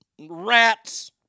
rats